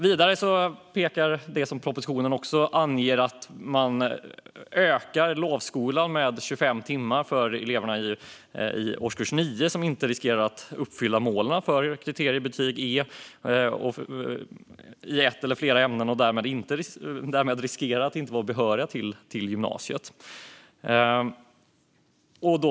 Vidare pekas det i propositionen på att man utökar lovskolan med 25 timmar för de elever i årskurs 9 som riskerar att inte uppfylla målen i kriterierna för betyget E i ett eller flera ämnen och som därmed riskerar att inte bli behöriga till gymnasiet.